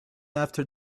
after